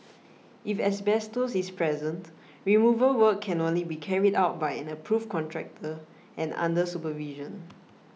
if asbestos is present removal work can only be carried out by an approved contractor and under supervision